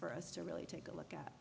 for us to really take a look at